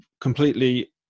completely